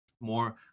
more